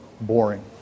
boring